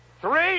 Three